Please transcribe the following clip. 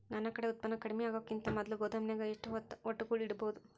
ನನ್ ಕಡೆ ಉತ್ಪನ್ನ ಕಡಿಮಿ ಆಗುಕಿಂತ ಮೊದಲ ಗೋದಾಮಿನ್ಯಾಗ ಎಷ್ಟ ಹೊತ್ತ ಒಟ್ಟುಗೂಡಿ ಇಡ್ಬೋದು?